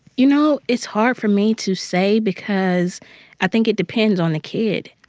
you know, it's hard for me to say because i think it depends on the kid.